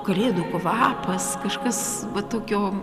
kalėdų kvapas kažkas tokio